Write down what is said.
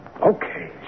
Okay